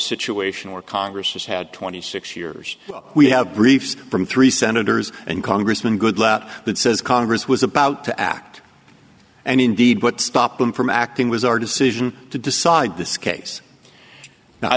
situation where congress has had twenty six years we have briefs from three senators and congressman goodlatte that says congress was about to act and indeed what stopped them from acting was our decision to decide this case now